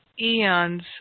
eons